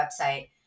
website